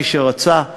מי שרצה,